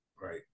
right